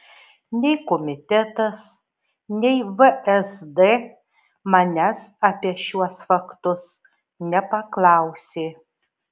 nei komitetas nei vsd manęs apie šiuos faktus nepaklausė